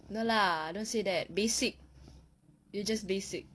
no lah don't say that basic you just basic